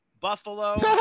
Buffalo